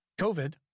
COVID